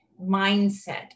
mindset